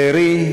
בארי,